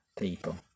people